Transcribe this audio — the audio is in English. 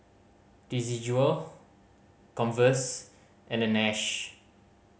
Desigual Converse and Laneige